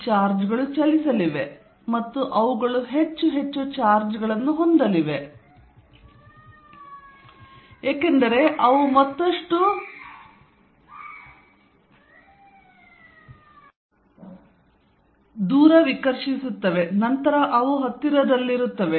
ಈ ಚಾರ್ಜ್ಗಳು ಚಲಿಸಲಿವೆ ಮತ್ತು ಅವುಗಳು ಹೆಚ್ಚು ಹೆಚ್ಚು ಚಾರ್ಜ್ಗಳನ್ನು ಹೊಂದಲಿವೆ ಏಕೆಂದರೆ ಅವು ಮತ್ತಷ್ಟು ದೂರ ವಿಕರ್ಷಿಸುತ್ತವೆ ನಂತರ ಅವು ಹತ್ತಿರದಲ್ಲಿರುತ್ತವೆ